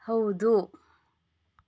ಹೌದು